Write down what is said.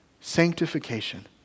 Sanctification